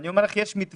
אני אומר לך: יש מתווה,